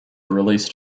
released